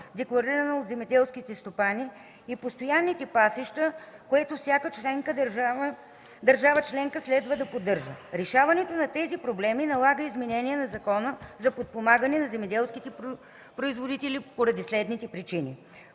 декларирана от земеделските стопани и постоянните пасища, което всяка държава членка следва да поддържа. Решаването на тези проблем налага изменение на Закона за подпомагане на земеделските производители, поради следните причини: